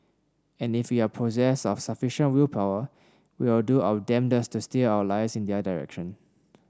and if we are possessed of sufficient willpower we will do our damnedest to steer our lives in their direction